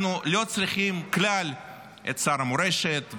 אנחנו לא צריכים כלל את שר המורשת,